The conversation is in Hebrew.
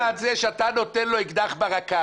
לכן אתה מצמיד לו אקדח לרקה,